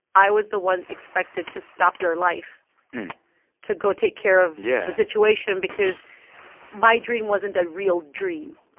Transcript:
i was the one expected to stop their life to go take care of. yeah. the situation because my dream wasn't a real dream.